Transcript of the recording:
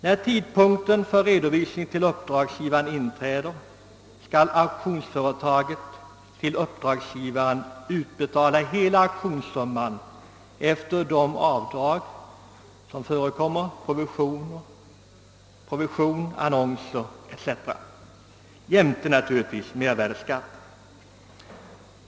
När tidpunkten för redovisning till uppdragsgivaren inträder skall auktionsföretaget till uppdragsgivaren utbetala hela summan enligt auktionsprotokollet — efter de avdrag för provision, annonsering o. d. som kan få göras — jämte uttagen mervärdeskatt.